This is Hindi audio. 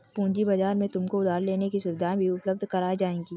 पूँजी बाजार में तुमको उधार लेने की सुविधाएं भी उपलब्ध कराई जाएंगी